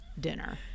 dinner